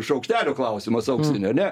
šaukštelių klausimas auksinių a ne